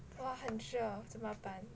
我很热怎么办